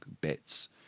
bits